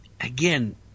again